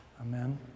Amen